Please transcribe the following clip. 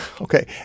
Okay